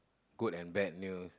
good and bad news